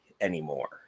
anymore